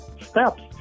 steps